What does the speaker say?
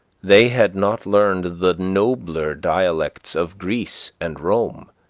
they had not learned the nobler dialects of greece and rome,